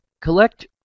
collect